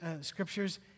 scriptures